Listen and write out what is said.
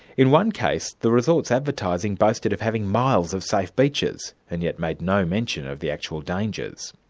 in one case the resort's advertising boasted of having miles of safe beaches and yet made no mention of the actual dangers.